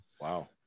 Wow